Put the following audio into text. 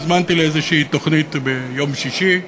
הוזמנתי לאיזו תוכנית ביום שישי.